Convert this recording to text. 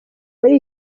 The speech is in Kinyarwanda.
muri